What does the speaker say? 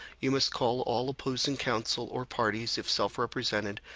you must call all opposing counsel, or parties if self represented,